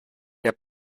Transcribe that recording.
der